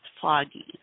foggy